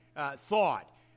thought